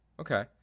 Okay